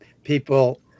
people